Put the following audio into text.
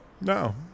No